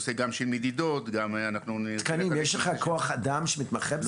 מדידות --- יש לך כוח אדם שמתמחה בזה?